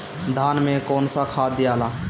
धान मे कौन सा खाद दियाला?